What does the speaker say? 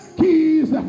keys